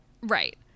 Right